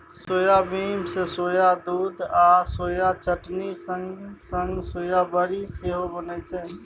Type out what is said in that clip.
soybean सँ soya दुध आ सोया चटनी संग संग सोया बरी सेहो बनै छै